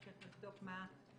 אז צריך לבדוק מה ההפסדים